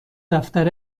دفتر